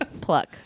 Pluck